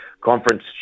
Conference